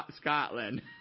Scotland